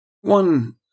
One